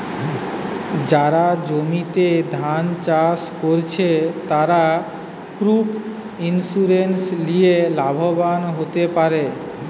যারা জমিতে ধান চাষ কোরছে, তারা ক্রপ ইন্সুরেন্স লিয়ে লাভবান হোতে পারে